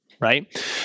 right